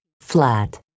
Flat